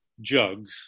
jugs